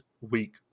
week